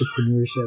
entrepreneurship